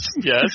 yes